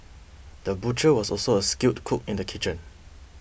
the butcher was also a skilled cook in the kitchen